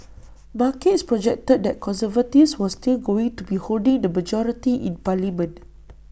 markets projected that conservatives was still going to be holding the majority in parliament